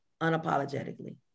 unapologetically